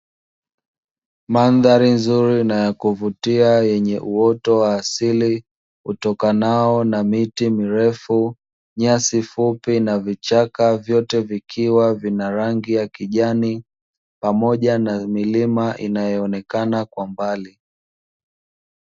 Mandhari nzuri na ya kuvutia yenye uoto wa asili utokanao na miti mirefu, nyasi fupi, na vichaka vyote vikiwa vina rangi ya kijani, pamoja na milima inayoonekana kwa mbali.